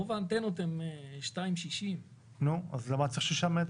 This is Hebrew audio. רוב האנטנות הן 2.60. נו, אז למה צריך שישה מטר?